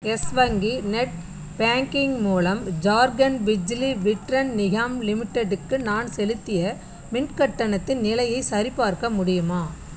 yes வங்கி net banking மூலம் ஜார்க்கண்ட் பிஜ்லி விட்ரன் நிகாம் லிமிடெட்க்கு நான் செலுத்திய மின் கட்டணத்தின் நிலையைச் சரிபார்க்க முடியுமா